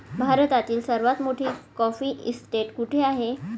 भारतातील सर्वात मोठी कॉफी इस्टेट कुठे आहे?